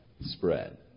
spread